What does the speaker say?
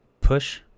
push